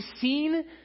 seen